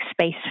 space